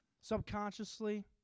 subconsciously